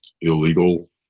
illegal